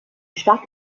stadt